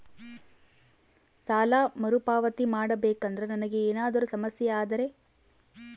ಸಾಲ ಮರುಪಾವತಿ ಮಾಡಬೇಕಂದ್ರ ನನಗೆ ಏನಾದರೂ ಸಮಸ್ಯೆ ಆದರೆ?